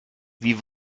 wie